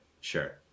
sure